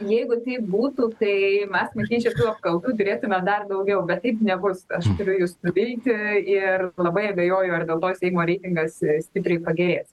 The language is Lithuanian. jeigu taip būtų tai mes matyt šitų apkaltų turėtume dar daugiau bet taip nebus aš turiu jus nuvilti ir labai abejoju ar dėl to seimo reitingas stipriai pagerės